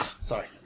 Sorry